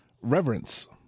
Reverence